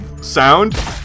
sound